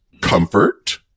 comfort